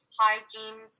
hygiene